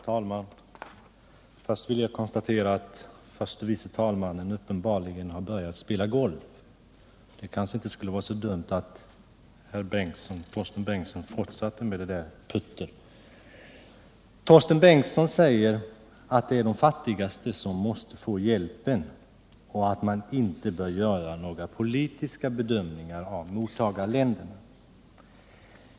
Herr talman! Först vill jag konstatera att förste vice talmannen uppenbarligen har börjat spela golf. Det kanske inte skulle vara så dumt om Torsten Bengtson fortsatte med puttern. É Torsten Bengtson säger att de fattigaste måste få hjälpen och att man inte bör göra några politiska bedömningar av mottagarländerna.